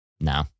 no